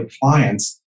clients